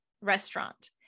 restaurant